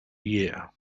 year